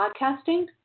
podcasting